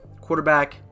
quarterback